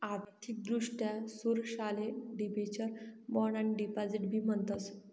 आर्थिक दृष्ट्या सुरक्षाले डिबेंचर, बॉण्ड आणि डिपॉझिट बी म्हणतस